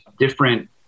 different